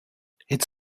its